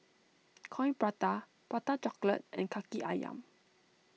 Coin Prata Prata Chocolate and Kaki Ayam